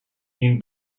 این